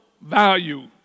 value